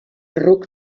ruc